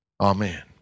Amen